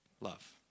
love